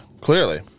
clearly